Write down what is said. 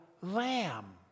Lamb